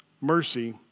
mercy